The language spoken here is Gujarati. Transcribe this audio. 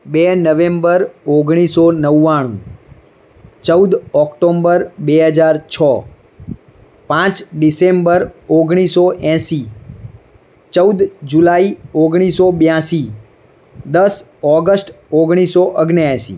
બે નવેમ્બર ઓગણીસો નવ્વાણું ચૌદ ઓક્ટોમ્બર બે હજાર છ પાંચ ડીસેમ્બર ઓગણીસો એંસી ચૌદ જુલાઈ ઓગણીસો બ્યાશી દસ ઓગસ્ટ ઓગણીસો ઓગણ એશી